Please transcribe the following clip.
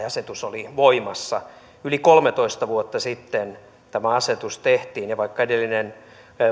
asetus oli voimassa yli kolmetoista vuotta sitten tämä asetus tehtiin ja vaikka edellinen